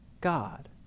God